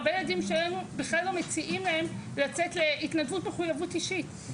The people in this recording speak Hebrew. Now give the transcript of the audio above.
הרבה ילדים שלנו בכלל לא מציעים להם לצאת להתנדבות מחויבות אישית,